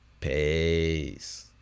peace